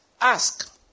Ask